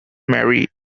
marry